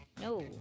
no